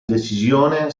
decisione